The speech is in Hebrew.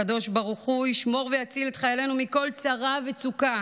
הקדוש ברוך הוא ישמור ויציל את חיילינו מכל צרה וצוקה